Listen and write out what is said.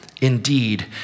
Indeed